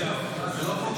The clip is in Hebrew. נתקבלה.